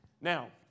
Now